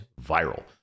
viral